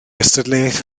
gystadleuaeth